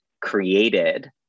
created